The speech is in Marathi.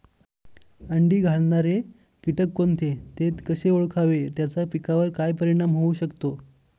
अंडी घालणारे किटक कोणते, ते कसे ओळखावे त्याचा पिकावर काय परिणाम होऊ शकतो?